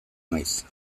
naiz